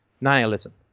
nihilism